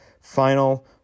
final